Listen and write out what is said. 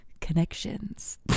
connections